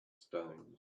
stones